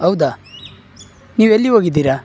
ಹೌದಾ ನೀವು ಎಲ್ಲಿ ಹೋಗಿದ್ದೀರಾ